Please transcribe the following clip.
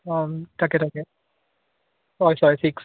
অঁ তাকে তাকে হয় হয় ফিক্স